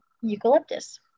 Eucalyptus